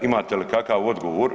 Imate li kakav odgovor?